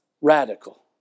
radical